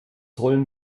rollen